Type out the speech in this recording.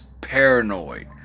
paranoid